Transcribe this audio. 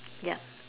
yup